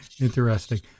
Interesting